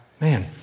man